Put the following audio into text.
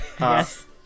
Yes